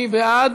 מי בעד?